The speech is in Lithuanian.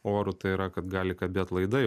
oru tai yra kad gali kabėt laidai